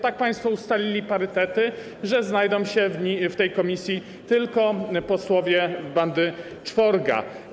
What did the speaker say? Tak państwo ustalili parytety, że znajdą się w tej komisji tylko posłowie bandy czworga.